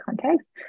context